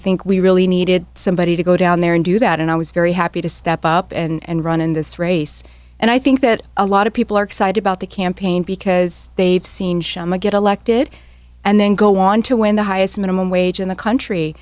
think we really needed somebody to go down there and do that and i was very happy to step up and run in this race and i think that a lot of people are excited about the campaign because they've seen schama get elected and then go on to win the highest minimum wage in the country